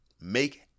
make